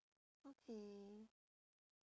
okay